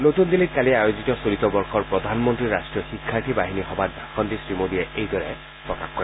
নতুন দিল্লীত কালি আয়োজিত চলিত বৰ্ষৰ প্ৰধানমন্তীৰ ৰাষ্ট্ৰীয় শিক্ষাৰ্থী বাহিনী সভাত ভাষণ দি শ্ৰীমোদীয়ে এইদৰে প্ৰকাশ কৰে